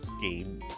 game